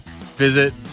Visit